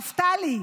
נפתלי,